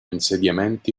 insediamenti